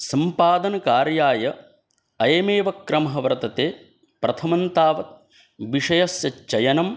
सम्पादनकार्याय अयमेव क्रमः वर्तते प्रथमन्तावत् विषयस्य चयनं